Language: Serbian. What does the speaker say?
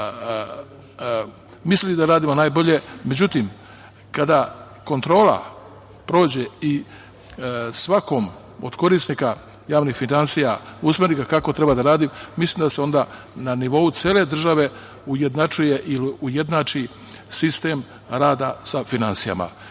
mislili da radimo najbolje, međutim kada kontrola prođe i svakom od korisnika javnih finansija usmeri ga kako treba da radim, mislim da se onda na nivou cele države ujednačuje ili ujednači sistem rada sa finansijama. Mislim